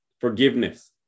forgiveness